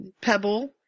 pebble